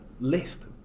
list